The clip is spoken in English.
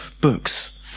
books